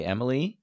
Emily